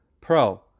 Pro